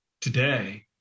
today